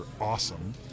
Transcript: awesome